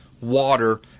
water